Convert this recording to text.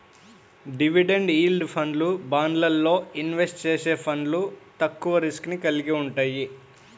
dividend yield ఫండ్లు, బాండ్లల్లో invest చేసే ఫండ్లు తక్కువ రిస్క్ ని కలిగి వుంటయ్యి